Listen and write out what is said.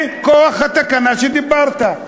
מכוח התקנה שדיברת עליה.